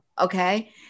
Okay